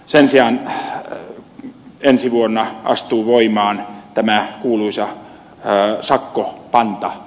sen sijaan ensi vuonna astuu voimaan tämä kuuluisa sakkopantalaki